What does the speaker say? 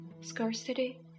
scarcity